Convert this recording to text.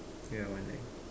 ya one line